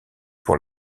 pour